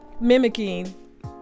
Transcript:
mimicking